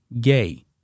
gay